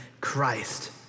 Christ